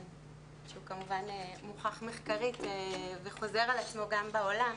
שהוא כמובן מוכח מחקרית וחוזר על עצמו גם בעולם,